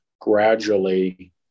gradually